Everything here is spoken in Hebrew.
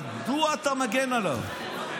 מדוע אתה מגן עליו?